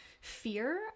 fear